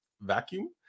vacuum